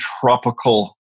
tropical